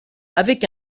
avec